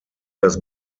das